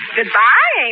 Goodbye